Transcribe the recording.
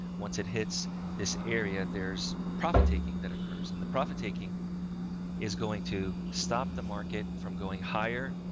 once it hits this area, there's profit taking that occurs in the profit taking is going to stop the market from going higher.